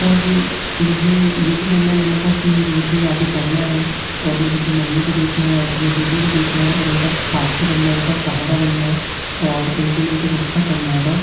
पर मुझे यह भी निर्णय लेना था कि मुझे आगे बढ़ना है और मुझे अपनी मम्मी को देखना है और अपने दीदी को देखना है और उनका साथी बनना है उनका सहारा बनना है और उनके लिए कुछ अच्छा करना हैगा